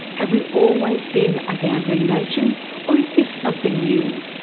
have we always been a gambling nation or is this something new?